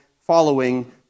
following